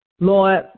Lord